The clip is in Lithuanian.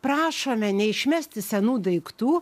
prašome neišmesti senų daiktų